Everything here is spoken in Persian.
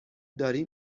داری